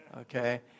okay